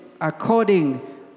according